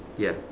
ya